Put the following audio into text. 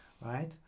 right